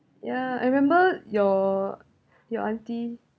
yeah I remember your your auntie